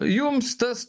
jums tas